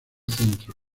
centro